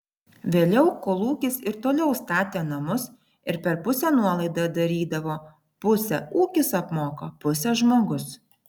vėliau kolūkis ir toliau statė namus ir per pusę nuolaidą darydavo pusę ūkis apmoka pusę žmogus